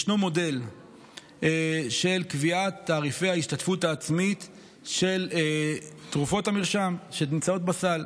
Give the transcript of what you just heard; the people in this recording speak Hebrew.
יש מודל של קביעת תעריפי ההשתתפות העצמית של תרופות המרשם שנמצאות בסל.